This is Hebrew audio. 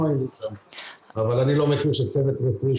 הזאת הייתה יכולה לפתור הרבה מאוד מהבעיות.